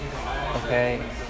Okay